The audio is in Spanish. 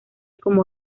como